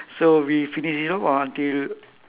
so we finish this one or until